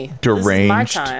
deranged